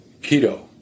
keto